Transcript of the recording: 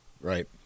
Right